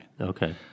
Okay